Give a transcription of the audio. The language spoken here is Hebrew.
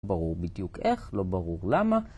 ברור בדיוק איך, לא ברור למה.